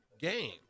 game